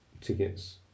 tickets